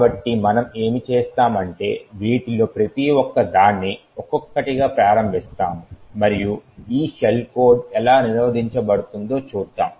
కాబట్టి మనం ఏమి చేస్తాం అంటే వీటిలో ప్రతి ఒక్క దాన్ని ఒక్కొక్కటిగా ప్రారంభిస్తాము మరియు ఈ షెల్ కోడ్ ఎలా నిరోధించబడుతుందో చూద్దాం